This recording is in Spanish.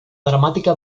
dramática